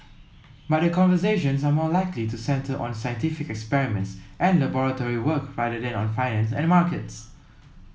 but the conversations are more likely to centre on scientific experiments and laboratory work rather than on finance and markets